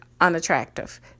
unattractive